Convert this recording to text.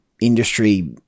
industry